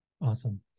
Awesome